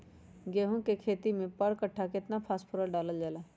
गेंहू के खेती में पर कट्ठा केतना फास्फोरस डाले जाला?